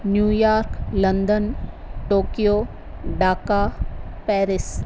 New York London Tokyo Dhaka Paris